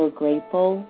grateful